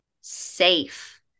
safe